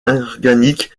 organiques